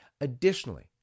Additionally